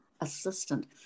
assistant